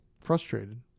Frustrated